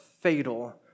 fatal